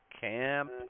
camp